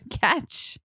catch